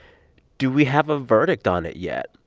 do we have a verdict on it yet?